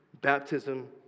Baptism